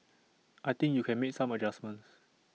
I think you can make some adjustments